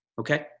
okay